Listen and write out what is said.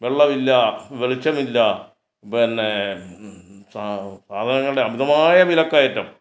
വെള്ളമില്ല വെളിച്ചമില്ല പിന്നെ സാധനങ്ങളുടെ അമിതമായ വിലക്കയറ്റം